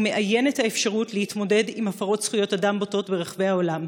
ומאיין את האפשרות להתמודד עם הפרות זכויות אדם בוטות ברחבי העולם.